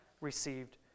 received